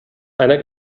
eine